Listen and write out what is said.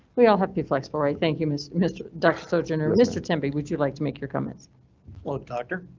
we all have to be flexible, right? thank you miss mr doctor. so general mr tempe would you like to make your comments load doctor?